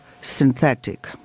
synthetic